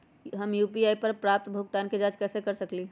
हम यू.पी.आई पर प्राप्त भुगतान के जाँच कैसे कर सकली ह?